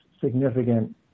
significant